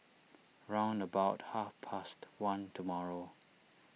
round about half past one tomorrow